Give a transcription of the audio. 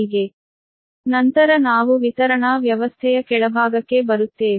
ನಂತರ ನಾವು ವಿತರಣಾ ವ್ಯವಸ್ಥೆಯ ಕೆಳಭಾಗಕ್ಕೆ ಬರುತ್ತೇವೆ